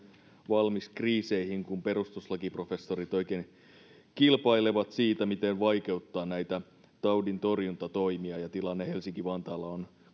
valmis kriiseihin kun perustuslakiprofessorit oikein kilpailevat siitä miten vaikeuttaa näitä taudin torjuntatoimia ja tilanne helsinki vantaalla on